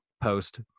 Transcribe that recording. Post